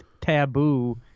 taboo